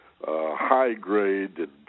high-grade